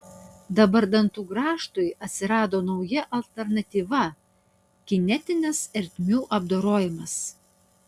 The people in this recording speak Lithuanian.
dabar dantų grąžtui atsirado nauja alternatyva kinetinis ertmių apdorojimas